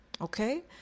Okay